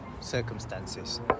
circumstances